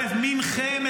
א' מכם,